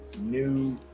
New